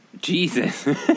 Jesus